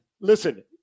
listen